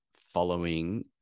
following